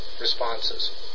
responses